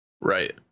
Right